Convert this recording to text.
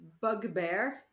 bugbear